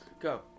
Go